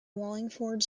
wallingford